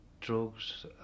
drugs